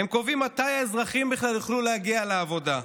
הם קובעים מתי האזרחים בכלל יוכלו להגיע לעבודה.